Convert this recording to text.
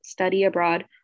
studyabroad